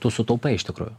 tu sutaupai iš tikrųjų